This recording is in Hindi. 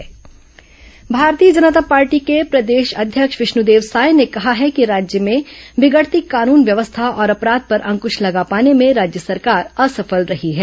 भाजपा आरोप भारतीय जनता पार्टी के प्रदेश अध्यक्ष विष्णुदेव साय ने कहा है कि राज्य में बिगड़ती कानून व्यवस्था और अपराघ पर अंकश लगा पाने में राज्य सरकार असफल रही है